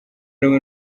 rumwe